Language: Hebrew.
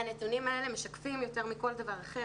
והנתונים האלה משקפים יותר מכל דבר אחר